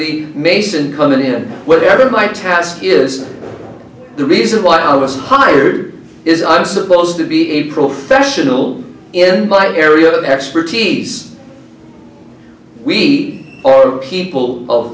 the mason come in wherever my task is the reason why i was hired is i'm supposed to be a professional in my area of expertise we are people of